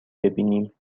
ببینیم